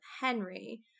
Henry